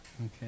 Okay